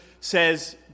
says